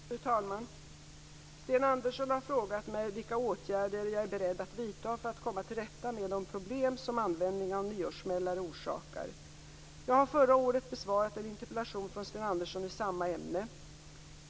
Fru talman! Sten Andersson har frågat mig vilka åtgärder jag är beredd att vidta för att komma till rätta med de problem som användningen av nyårssmällare orsakar. Jag har förra året besvarat en interpellation från Sten Andersson i samma ämne.